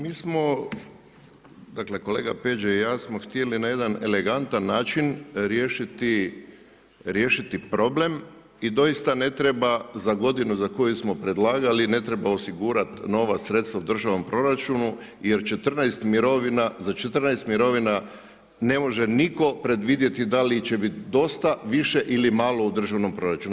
Mi smo, dakle kolega Peđa i ja smo htjeli na jedan elegantan način riješiti problem i doista ne treba za godinu za koju smo predlagali, ne treba osigurat novac, sredstva u državnom proračunu jer za 14 mirovina ne može nitko predvidjeti da li će biti dosta, više ili malo u državnom proračunu.